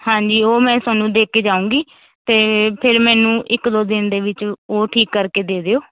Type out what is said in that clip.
ਹਾਂਜੀ ਉਹ ਮੈਂ ਤੁਹਾਨੂੰ ਦੇ ਕੇ ਜਾਊਂਗੀ ਅਤੇ ਫਿਰ ਮੈਨੂੰ ਇੱਕ ਦੋ ਦਿਨ ਦੇ ਵਿੱਚ ਉਹ ਠੀਕ ਕਰਕੇ ਦੇ ਦਿਓ